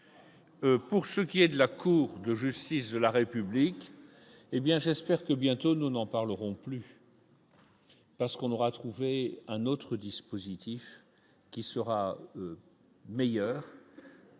pour ce qui est de la Cour de justice de la République. Eh bien, j'espère que bientôt, nous n'en parlerons plus. Parce qu'on aura trouvé un autre dispositif qui sera meilleur.